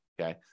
Okay